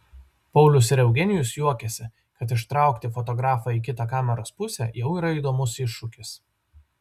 paulius ir eugenijus juokiasi kad ištraukti fotografą į kitą kameros pusę jau yra įdomus iššūkis